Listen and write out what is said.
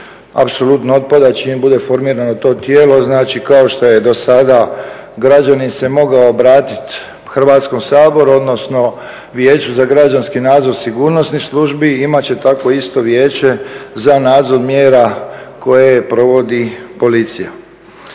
apsolutno otpada čim bude formirano to tijelo, znači kao što je do sada građanin se mogao obratiti Hrvatskom saboru, odnosno Vijeću za građanski nadzor sigurnosnih službi, imat će takvo isto vijeće za nadzor mjera koje provodi policija.